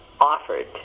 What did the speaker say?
offered